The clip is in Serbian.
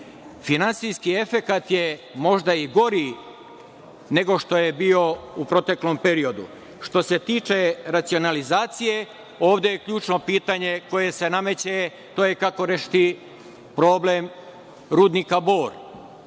Finansijski efekat je možda i gori što je bio u proteklom periodu. Što se tiče racionalizacije, ključno pitanje koje se nameće kako rešiti problem rudnika Bor.